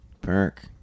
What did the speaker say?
Perk